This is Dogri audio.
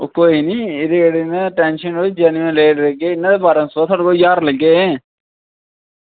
ओह् कोई निं इ'दी केह्ड़ी न टैंशन निं लो जनरल रेट लेगे इ'यां ते बारां सौ थुआढ़े तो ज्हार लेगे